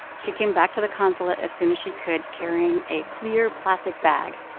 she came back to the consulate as soon as she could, carrying a clear, plastic bag.